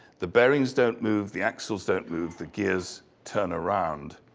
the bearings don't move, the axles don't move, the gears turn around.